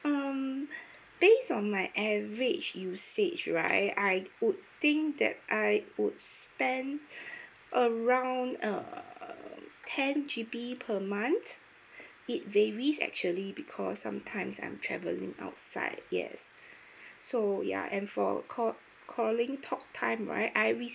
um based on my average usage right I would think that I would spend around err ten G_B per month it varies actually because sometimes I'm travelling outside yes so ya and for call~ calling talk time right I